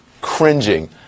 cringing